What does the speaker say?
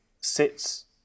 sits